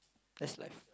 that's like